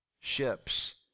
ships